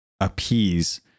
appease